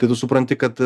tai tu supranti kad